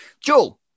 Joel